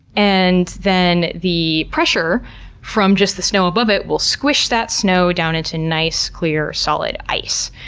and then the pressure from just the snow above it will squish that snow down into nice, clear, solid ice.